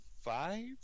five